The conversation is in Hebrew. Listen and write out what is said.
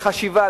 לחשיבה,